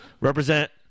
represent